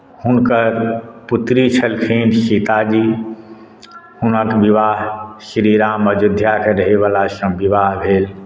हुनकर पुत्री छलखिन सीताजी हुनक विवाह श्री राम अयोध्याक रहयवला सङ्ग विवाह भेल